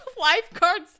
lifeguard's